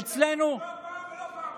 אתם סירבתם לא פעם ולא פעמיים.